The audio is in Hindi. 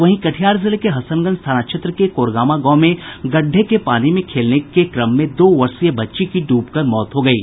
वहीं कटिहार जिले के हसनगंज थाना क्षेत्र के कोरगामा गांव में गड्डे के पानी में खेलने के क्रम में दो वर्षीय बच्ची की ड्रबकर मौत हो गई है